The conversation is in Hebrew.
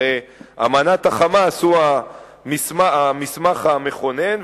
הרי אמנת ה"חמאס" היא המסמך המכונן,